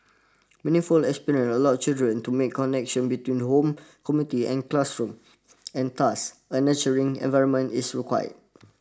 meaningful experiences allow children to make connections between home community and classroom and thus a nurturing environment is required